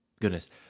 goodness